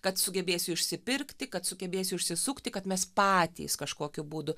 kad sugebėsiu išsipirkti kad sugebėsiu išsisukti kad mes patys kažkokiu būdu